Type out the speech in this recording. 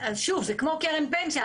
זה כמו קרן פנסיה.